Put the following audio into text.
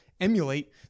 emulate